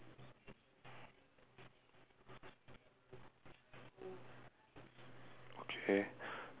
okay